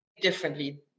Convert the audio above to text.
differently